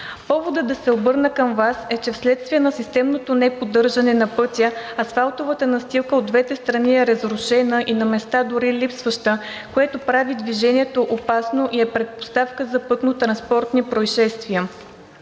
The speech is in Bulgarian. Поводът да се обърна към Вас е, че вследствие на системното неподдържане на пътя асфалтовата настилка от двете страни е разрушена и на места дори липсваща, което прави движението опасно и е предпоставка за пътнотранспортни произшествия.